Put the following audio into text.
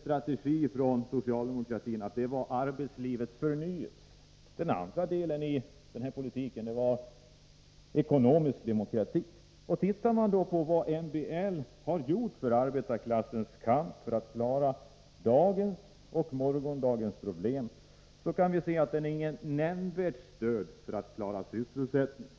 strategi från början av 1970-talet om arbetslivets förnyelse. Den andra delen i denna politik var ekonomisk demokrati. Ser man på vad MBL har gjort för arbetarklassens kamp för att klara dagens och morgondagens problem, kan man se att den är inget nämnvärt stöd för att klara sysselsättningen.